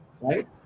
right